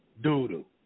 doodle